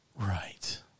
Right